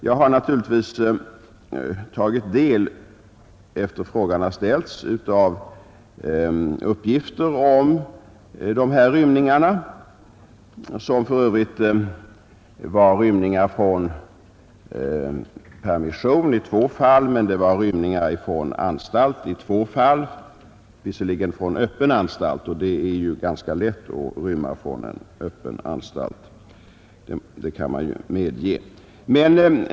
Jag har naturligtvis tagit del av fakta kring dessa rymningar. I två fall rörde det sig om rymningar i samband med permission men i två fall var det fråga om rymningar från öppen anstalt — det är ju ganska lätt att rymma från en sådan.